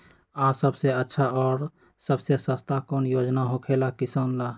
आ सबसे अच्छा और सबसे सस्ता कौन योजना होखेला किसान ला?